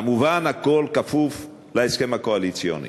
כמובן, הכול כפוף להסכם הקואליציוני.